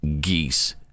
geese